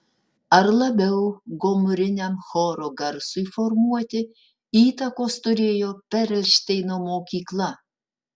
ar labiau gomuriniam choro garsui formuoti įtakos turėjo perelšteino mokykla